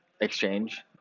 exchange